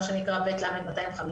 מה שנקרא ב.ל.250,